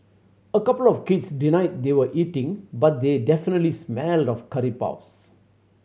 a couple of kids denied they were eating but they definitely smelled of curry puffs